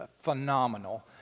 phenomenal